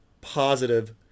positive